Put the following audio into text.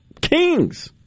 kings